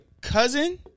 cousin